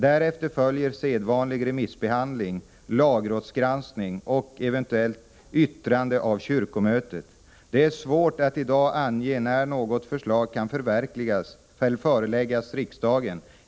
Därefter följer sedvanlig remissbehandling, lagrådsgranskning och eventuellt yttrande av kyrkomötet. Det är svårt att i dag ange när något förslag kan föreläggas riksdagen.